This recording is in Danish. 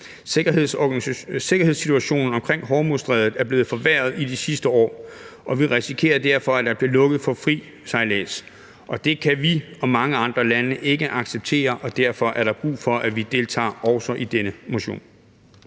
Sikkerhedssituationen omkring Hormuzstrædet er blevet forværret i de sidste år, og vi risikerer derfor, at der bliver lukket for fri sejlads. Det kan vi og mange andre lande ikke acceptere, og derfor er der brug for, at vi deltager i også denne mission.